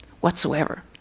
whatsoever